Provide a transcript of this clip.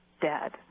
dead